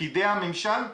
פקידי הממשל?